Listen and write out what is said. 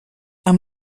amb